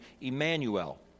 Emmanuel